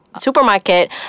supermarket